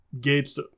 Gates